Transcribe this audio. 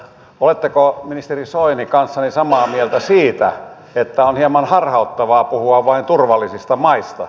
oletteko ministeri soini kanssani samaa mieltä siitä että on hieman harhauttavaa puhua vain turvallisista maista